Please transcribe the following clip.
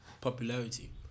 Popularity